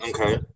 Okay